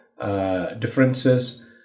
differences